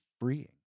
freeing